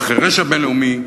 והחירש הבין-לאומי,